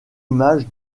image